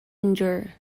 endure